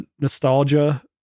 nostalgia